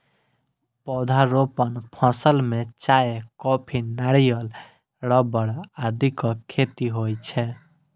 पौधारोपण फसल मे चाय, कॉफी, नारियल, रबड़ आदिक खेती होइ छै